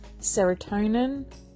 serotonin